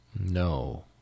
No